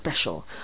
special